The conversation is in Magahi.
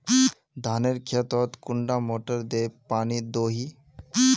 धानेर खेतोत कुंडा मोटर दे पानी दोही?